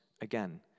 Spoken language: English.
again